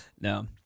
No